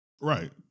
right